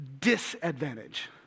disadvantage